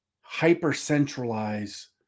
hyper-centralize